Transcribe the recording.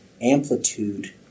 amplitude